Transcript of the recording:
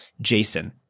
Jason